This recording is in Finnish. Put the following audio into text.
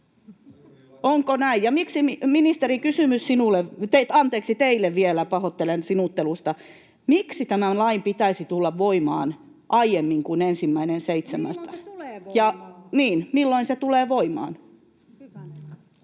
sinulle — anteeksi, teille, vielä pahoittelen sinuttelua — miksi tämän lain pitäisi tulla voimaan aiemmin kuin 1.7.? [Krista Kiuru: Milloin se tulee voimaan?]